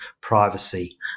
privacy